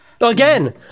Again